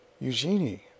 Eugenie